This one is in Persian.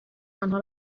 آنها